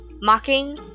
Mocking